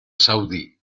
saudí